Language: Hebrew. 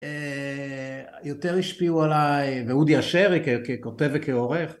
יותר השפיעו עליי, ואודי אשר ככותב וכעורך.